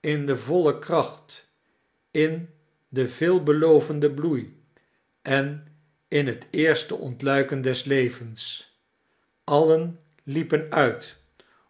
in de voile kracht in den veel belovenden bloei en in het eerste ontluiken des levens alien liepen uit